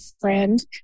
friend